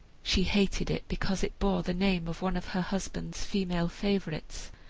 she hated it because it bore the name of one of her husband's female favorites.